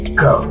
go